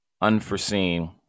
unforeseen